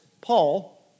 Paul